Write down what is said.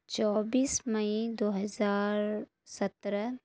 چوبیس مئی دو ہزار سترہ